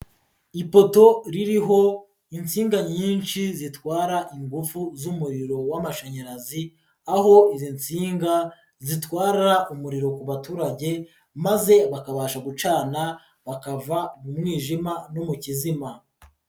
Ipoto ririho insinga nyinshi zitwara ingufu z'umuriro w'amashanyarazi, aho izi nsinga zitwara umuriro ku baturage, maze bakabasha gucana bakava mu mwijima no mu kizima.